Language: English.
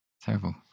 Terrible